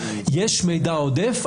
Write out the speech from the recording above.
יש מידע עודף,